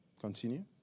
Continue